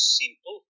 simple